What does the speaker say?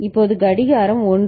இப்போது கடிகாரம் 1